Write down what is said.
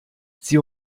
sie